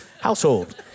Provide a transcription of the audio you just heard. household